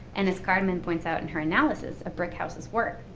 and as carmen points out in her analysis of brickhouse's work,